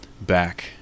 back